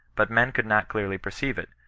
but men could not clearly perceive it,